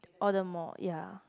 order more ya